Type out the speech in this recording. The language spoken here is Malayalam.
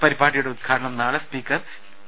പ്രിപാടിയുടെ ഉദ്ഘാടനം നാളെ സ്പീക്കർ പി